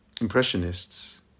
Impressionists